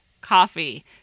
coffee